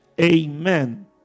Amen